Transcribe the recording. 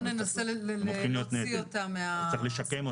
בוא ננסה להוציא אותם מהסיטואציה.